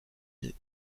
deux